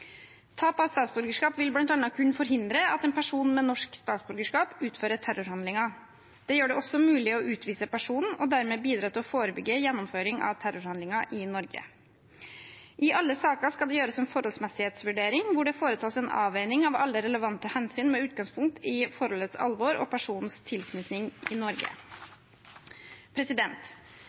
Tap av statsborgerskap vil bl.a. kunne forhindre at en person med norsk statsborgerskap utfører terrorhandlinger. Det gjør det også mulig å utvise personen og dermed bidra til å forebygge gjennomføring av terrorhandlinger i Norge. I alle saker skal det gjøres en forholdsmessighetsvurdering hvor det foretas en avveining av alle relevante hensyn med utgangspunkt i forholdets alvor og personens tilknytning til Norge.